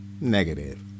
negative